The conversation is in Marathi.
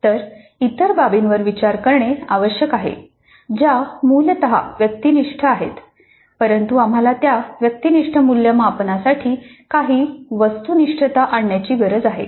तर इतर बाबींवर विचार करणे आवश्यक आहे ज्या मूलत व्यक्तिनिष्ठ आहेत परंतु आम्हाला त्या व्यक्तिनिष्ठ मूल्यमापनासाठी काही वस्तुनिष्ठता आणण्याची गरज आहे